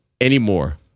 anymore